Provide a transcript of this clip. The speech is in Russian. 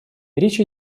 речь